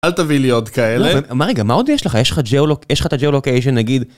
אל תביא לי עוד כאלה. רגע, מה עוד יש לך? יש לך את הgeolocation, נגיד?